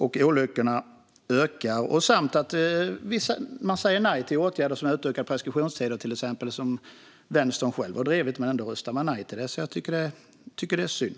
Man säger också nej till exempelvis åtgärder som utökar preskriptionstiden, som Vänstern själva har drivit. Ändå röstar man nej - jag tycker att det är synd.